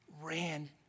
ran